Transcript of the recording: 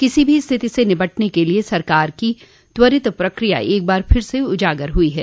किसी भी स्थिति से निपटने के लिए सरकार की त्वरित प्रक्रिया एक बार फिर से उजागर हुई है